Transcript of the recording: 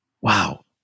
Wow